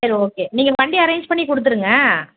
சரி ஓகே நீங்கள் வண்டி அரேஞ்ச் பண்ணி கொடுத்துடுங்க